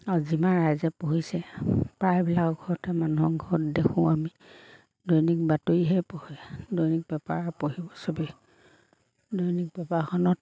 আৰু যিমান ৰাইজে পঢ়িছে প্ৰায়বিলাকৰ ঘৰতে মানুহৰ ঘৰত দেখোঁ আমি দৈনিক বাতৰিহে পঢ়ে দৈনিক পেপাৰ পঢ়িব চবেই দৈনিক পেপাৰখনত